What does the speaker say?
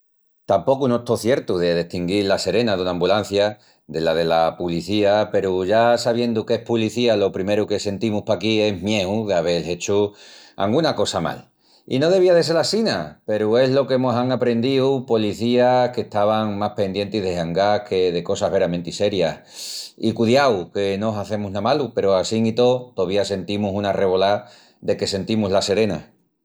Tapocu no estó ciertu de destinguil la serena duna ambulancia dela dela policía peru ya sabiendu que es policía lo primeru que sentimus paquí es mieu d'avel hechu anguna cosa mal. I no devía de sel assina peru es lo que mos án aprendíu policías qu'estavan más pendientis de jangás que de cosas veramenti serias. I cudiau que no hazemus ná malu peru assín i tó tovía sentimus una revolá de que sentimus la serena.